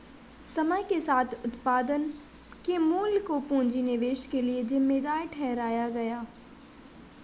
समय के साथ उत्पादन के मूल्य को पूंजी निवेश के लिए जिम्मेदार ठहराया गया